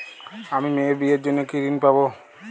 আমি মেয়ের বিয়ের জন্য কি ঋণ পাবো?